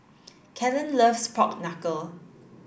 Kellan loves pork knuckle